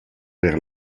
vers